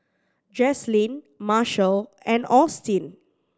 Jaslyn Marshall and Austin